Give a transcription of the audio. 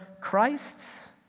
Christ's